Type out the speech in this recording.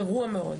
גרוע מאוד,